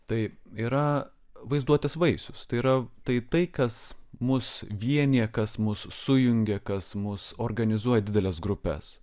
tai yra vaizduotės vaisius tai yra tai tai kas mus vienija kas mus sujungia kas mus organizuoja dideles grupes